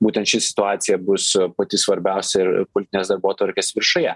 būtent ši situacija bus pati svarbiausia ir politinės darbotvarkės viršuje